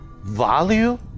value